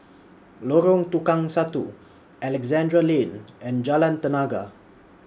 Lorong Tukang Satu Alexandra Lane and Jalan Tenaga